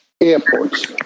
airports